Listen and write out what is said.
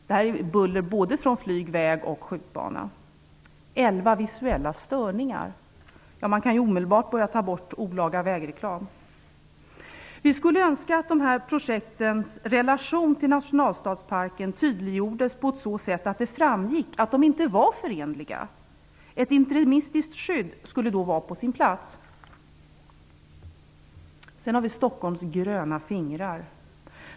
Det gäller buller från både flyg, väg och skjutbana. 11. Visuella störningar. Vi kan omedelbart ta bort olaga vägreklam. Vi önskar att projektens relation till nationalstadsparken tydliggörs på så sätt att det framgår att de inte är förenliga. Ett interimistiskt skydd skulle vara på sin plats. Vidare har vi Stockholms gröna fingrar.